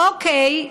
אוקיי,